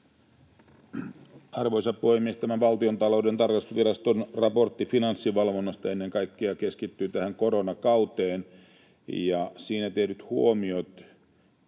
Arvoisa puhemies! Tämä Valtiontalouden tarkastusviraston raportti finanssivalvonnasta keskittyy ennen kaikkea tähän koronakauteen, ja siinä tehdyt huomiot